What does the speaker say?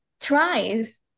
tries